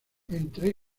entre